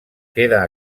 queda